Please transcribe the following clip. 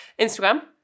Instagram